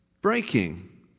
breaking